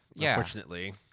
unfortunately